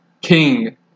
king